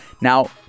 Now